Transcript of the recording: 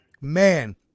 man